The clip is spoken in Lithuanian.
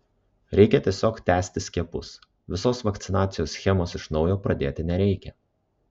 reikia tiesiog tęsti skiepus visos vakcinacijos schemos iš naujo pradėti nereikia